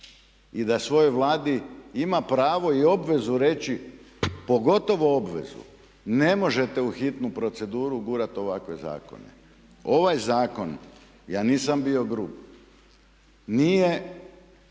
i danas svojoj Vladi ima pravo i obvezu reći pogotovo obvezu ne možete u hitnu proceduru ugurati ovakve zakone. Ovaj zakon, ja nisam bio grub, nije